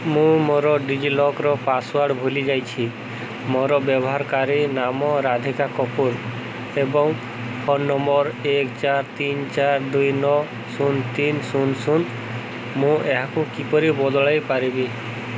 ମୁଁ ମୋର DigiLocker password ଭୁଲି ଯାଇଛି ମୋର ବ୍ୟବହାରକାରୀ ନାମ ରାଧିକା କପୁର୍ ଏବଂ ଫୋନ୍ ନମ୍ବର୍ ଏକ ଚାରି ତିନି ଚାରି ଦୁଇ ନଅ ଶୂନ ତିନି ଶୂନ ଶୂନ ମୁଁ ଏହାକୁ କିପରି ବଦଳାଇ ପାରିବି